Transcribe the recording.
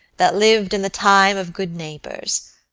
that lived in the time of good neighbours.